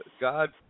God